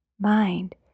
mind